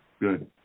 Good